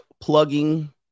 plugging